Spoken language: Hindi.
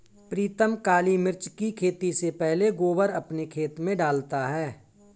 प्रीतम काली मिर्च की खेती से पहले गोबर अपने खेत में डालता है